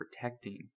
protecting